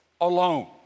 alone